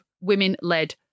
women-led